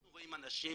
אנחנו רואים אנשים